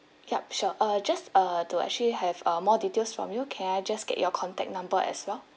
yup sure uh just uh to actually have a more details from you can I just get your contact number as well